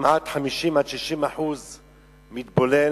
50% 60% מתבוללים,